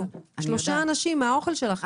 שלושה אנשים מתו מהאוכל שלכם.